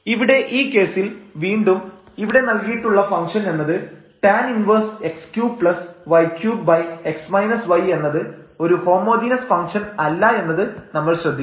ഇവിടെ ഈ കേസിൽ വീണ്ടും ഇവിടെ നൽകിയിട്ടുള്ള ഫംഗ്ഷൻഎന്നത് tan 1x3y3x y എന്നത് ഒരു ഹോമോജീനസ് ഫംഗ്ഷൻ അല്ല എന്നത് നമ്മൾ ശ്രദ്ധിക്കണം